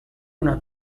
una